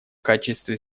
качестве